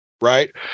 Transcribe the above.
right